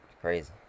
Crazy